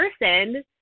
person